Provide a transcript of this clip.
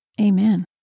Amen